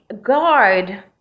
guard